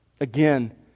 again